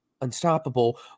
unstoppable